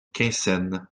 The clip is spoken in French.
quinssaines